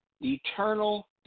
Eternal